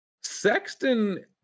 Sexton